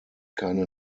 keine